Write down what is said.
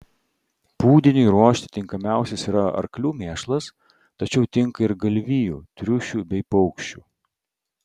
pūdiniui ruošti tinkamiausias yra arklių mėšlas tačiau tinka ir galvijų triušių bei paukščių